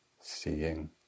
seeing